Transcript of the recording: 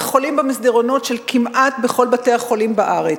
וחולים במסדרונות של כמעט כל בתי-החולים בארץ.